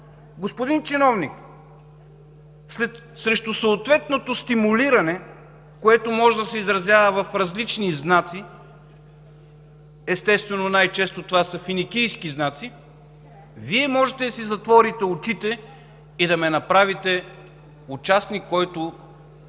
„Господин Чиновник, срещу съответното стимулиране, което може да се изразява в различни знаци”, естествено най-често това са финикийски знаци, „Вие можете да си затворите очите и да ме направите участник, който